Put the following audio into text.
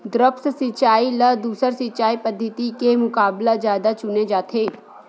द्रप्स सिंचाई ला दूसर सिंचाई पद्धिति के मुकाबला जादा चुने जाथे